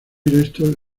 esto